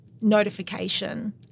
notification